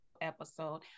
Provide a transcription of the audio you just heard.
episode